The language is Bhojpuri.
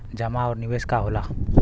जमा और निवेश का होला?